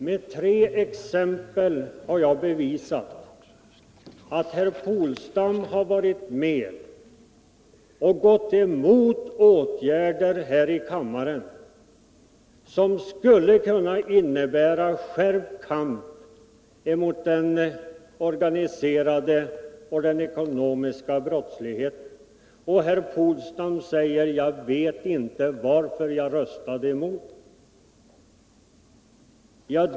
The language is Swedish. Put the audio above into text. Med konkreta exempel har jag bevisat att herr Polstam varit med om att här i kammaren gå emot förslag till åtgärder som skulle ha kunnat innebära skärpt kamp mot den organiserade och den ekonomiska brottsligheten, och då säger herr Polstam att han inte vet varför han röstade emot de förslagen.